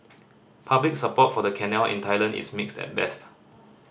public support for the canal in Thailand is mixed at best